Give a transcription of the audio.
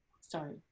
sorry